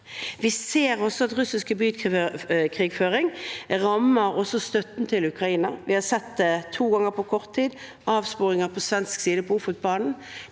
Vi ser også at russisk hybrid krigføring rammer støtten til Ukraina. Vi har sett det to ganger på kort tid, slik som avsporingene på svensk side av Ofotbanen.